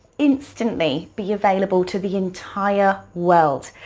instantly be available to the entire world.